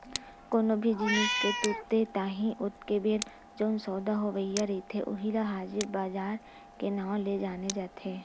कोनो भी जिनिस के तुरते ताही ओतके बेर जउन सौदा होवइया रहिथे उही ल हाजिर बजार के नांव ले जाने जाथे